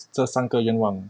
这三个愿望